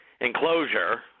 enclosure